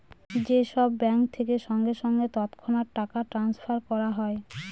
যে সব ব্যাঙ্ক থেকে সঙ্গে সঙ্গে তৎক্ষণাৎ টাকা ট্রাস্নফার করা হয়